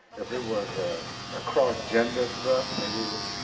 if it was a ah cross-gender thrust, maybe it was